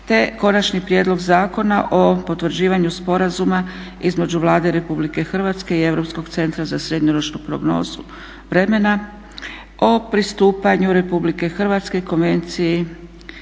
- Konačni prijedlog Zakona o potvrđivanju sporazuma između Vlade Republike Hrvatske i Europskog centra za srednjoročne prognoze vremena (ECMWF) o pristupanju Republike Hrvatske Konvenciji